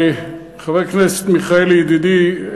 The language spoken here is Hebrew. חבר הכנסת מיכאלי ידידי,